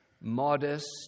modest